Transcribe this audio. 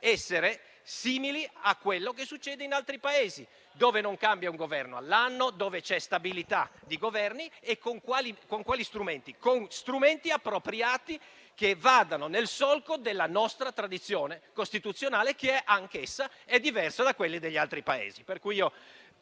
essere simili a quello che succede in altri Paesi, dove non cambia un Esecutivo all'anno, dove c'è stabilità dei Governi e vorremmo farlo con strumenti appropriati che vadano nel solco della nostra tradizione costituzionale, che è anch'essa diversa da quelli degli altri Paesi.